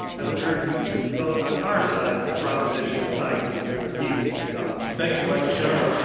i would urge you to vote on our side for the proposition that science refutes god. thank you, michael shermer.